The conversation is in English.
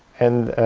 and